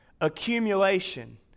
accumulation